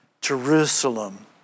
Jerusalem